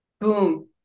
Boom